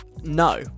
No